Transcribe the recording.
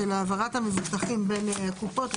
העברת המבוטחים בין קופות.